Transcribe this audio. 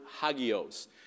hagios